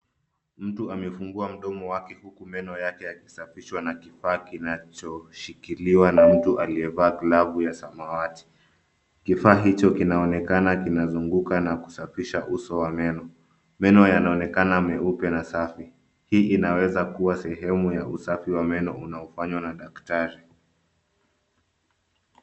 Mtu amefungua mdomo wake huku meno yake yakisafishwa na kifaa kinachoshikiliwa na mtu aliyevaa glavu ya samawati. Kifaa hicho kinaonekana kinazunguka na kusafisha uso wa meno. Meno yanaonekana meupe na safi. Hii inaweza kuwa sehemu ya usafi wa meno unaofanywa na daktari.